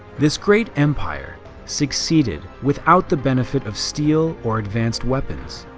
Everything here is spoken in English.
this great empire succeeded without the benefit of steel or advanced weapons.